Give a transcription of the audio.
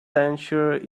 century